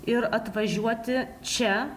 ir atvažiuoti čia